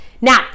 Now